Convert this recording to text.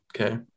Okay